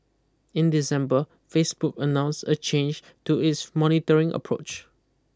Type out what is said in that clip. in December Facebook announced a change to its monitoring approach